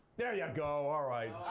there you go, all right.